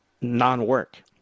non-work